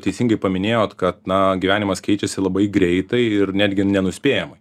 teisingai paminėjot kad na gyvenimas keičiasi labai greitai ir netgi nenuspėjamai